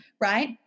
right